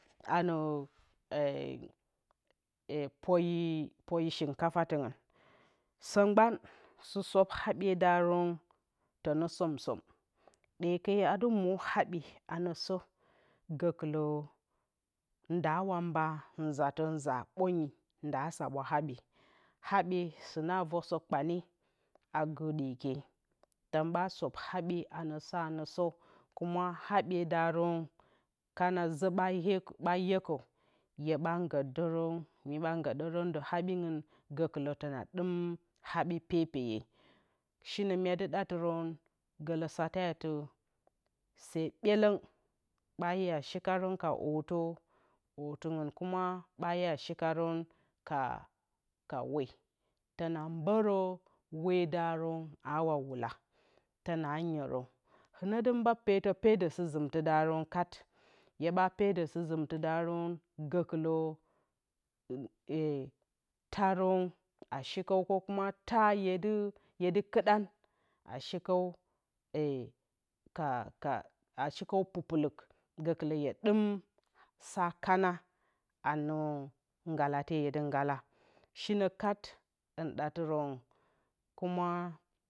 Ano poyi poyi shinkafatɨngɨn sǝ mgban sɨ sǝp haɓyedarǝn tǝnǝ somsom ɗeke adɨ mǝ habye anǝ sǝ ndaawa mba nzatǝ nza ɓǝngyi nd aswaɓwa haɓye haɓye sɨna vǝr sɨ kpane a vǝr gɨr ɗyekye tǝn ɓa sɨp haɓye anǝsǝ anǝsǝ kuma haɓyedarǝn kana zǝ ɓa yekǝ hyeɓa gǝtdǝrǝn myeɓa ngǝdǝrǝn dɨ habingɨn gǝkɨlǝ tɨna ɗɨm habi pepeye shinǝ myedɨdatɨrǝn gǝlǝ sate atɨ saa ɓelǝng ɓa iya shikarǝn ka ootǝ ootɨngɨn kuma ɓa iya shikarǝn ka we tɨna mbǝrǝ wedarǝn aawa whula tɨna nyerǝ hɨnɛ dɨ mba petǝ pedǝ sɨzɨmtǝdarǝn kat hyeɓa peddǝ sɨzɨmtɨdarǝn gǝkɨlǝ taarǝn a shikǝ nasǝ mgban taa hye dɨ kǝɗan a shikǝu ka pupulukgǝ hye ɗɨm sakanaanǝ ngalate hyedɨ ngalashinǝ kat mye ɗatɨrǝn kuma